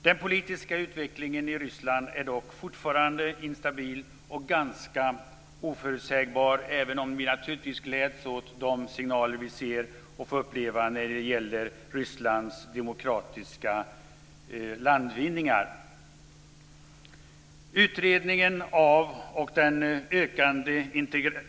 Den politiska utvecklingen i Ryssland är dock fortfarande instabil och ganska oförutsägbar även om vi naturligtvis gläds åt de signaler vi ser när det gäller Rysslands demokratiska landvinningar.